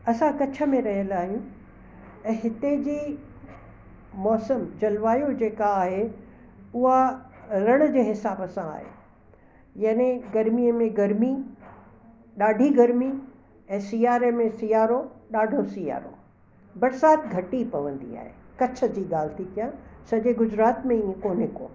असां कच्छ में रहियल आहियूं ऐं हिते जी मौसम जलवायु जेका आहे उहा रण जे हिसाब सां आहे यानि गर्मीअ में गर्मी ॾाढी गर्मी ऐं सियारे में सियारो ॾाढो सियारो बरसाति घटि ई पवंदी आहे कच्छ जी ॻाल्हि थी कयां सॼे गुजरात में ईअं कोने को